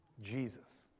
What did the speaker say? Jesus